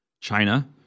China